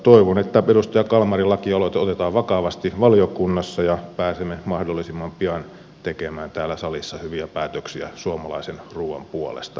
toivon että edustaja kalmarin lakialoite otetaan vakavasti valiokunnassa ja pääsemme mahdollisimman pian tekemään täällä salissa hyviä päätöksiä suomalaisen ruuan puolesta